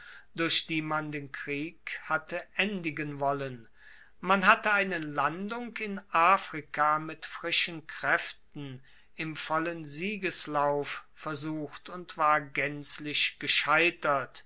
durch die man den krieg hatte endigen wollen man hatte eine landung in afrika mit frischen kraeften im vollen siegeslauf versucht und war gaenzlich gescheitert